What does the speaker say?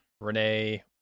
Renee